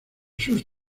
sus